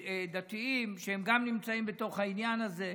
דתיים שהם גם נמצאים בתוך העניין הזה.